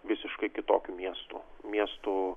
visiškai kitokiu miestu miestu